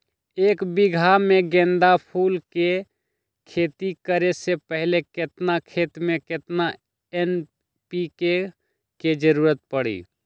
एक बीघा में गेंदा फूल के खेती करे से पहले केतना खेत में केतना एन.पी.के के जरूरत परी?